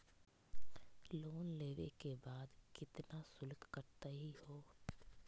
Loan लेवे के बाद केतना शुल्क कटतही हो?